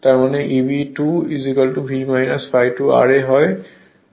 তার মানে Eb2 V ∅2 ra হয়